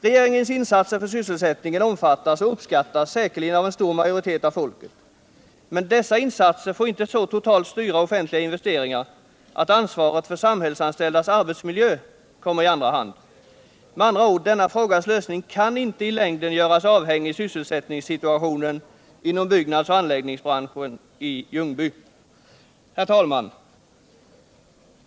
Regeringens insatser för sysselsättningen uppskattas säkerligen av en stor majoritet av folket, men dessa insatser får inte så totalt styra offentliga investeringar att ansvaret för samhällsanställdas arbetsmiljö kommer i andra hand. Med andra ord: denna frågas lösning kan inte i längden göras avhängig av sysselsättningssituationen inom byggnadsoch anläggningsbranschen i Ljungby. Herr talman!